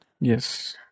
Yes